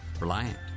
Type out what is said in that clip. Reliant